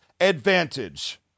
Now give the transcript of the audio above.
advantage